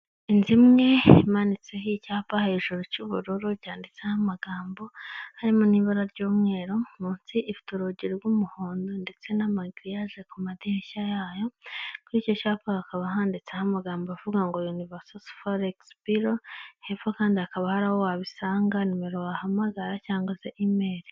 Inzu imwe imanitseho icyapa hejuru cy'ubururu cyanditseho amagambogambo harimo n'ibara ry'umweru munsi ifite urugi rw'umuhondo ndetse n'amagiriyaje ku madirishya yayo, kuri icyo cyapa hakaba handitseho amagambo avuga ngo univaso foregisi biro hepfo kandi hakaba hari aho wabisanga nimero wahamagara cyangwa se imeri.